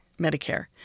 Medicare